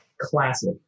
classic